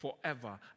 forever